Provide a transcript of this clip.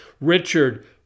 Richard